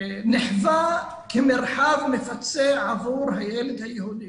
נחווה כמרחב מפצה עבור הילד הערבי.